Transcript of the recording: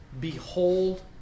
behold